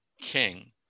King